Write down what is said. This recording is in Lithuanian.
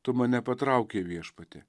tu mane patraukei viešpatį